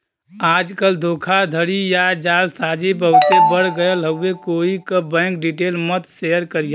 आजकल धोखाधड़ी या जालसाजी बहुते बढ़ गयल हउवे कोई क बैंक डिटेल मत शेयर करिहा